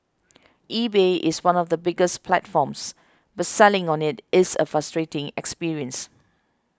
eBay is one of the biggest platforms but selling on it is a frustrating experience